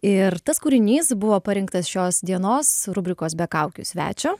ir tas kūrinys buvo parinktas šios dienos rubrikos be kaukių svečio